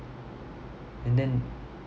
and then